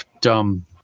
dumb